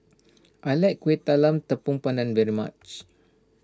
I like Kueh Talam Tepong Pandan very much